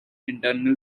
internal